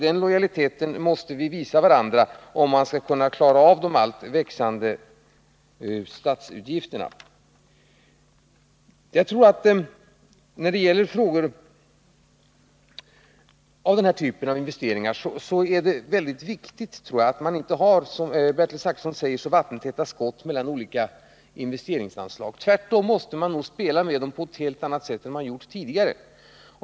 Den lojaliteten måste vi visa varandra, om vi skall kunna klara av de alltmer växande statsutgifterna. När det gäller denna typ av investeringar är det mycket viktigt att, som Bertil Zachrisson sade, vi inte har så vattentäta skott mellan olika investeringsanslag. Tvärtom måste vi spela med dem på ett helt annat sätt än vi har gjort tidigare.